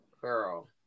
Girl